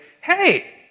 hey